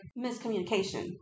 miscommunication